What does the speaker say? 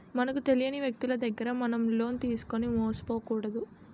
మనకు తెలియని వ్యక్తులు దగ్గర మనం లోన్ తీసుకుని మోసపోకూడదు